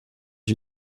się